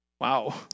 Wow